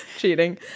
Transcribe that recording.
Cheating